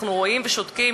אנחנו רואים ושותקים.